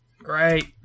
Great